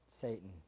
Satan